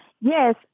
Yes